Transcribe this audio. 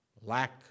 Lack